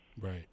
right